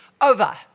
over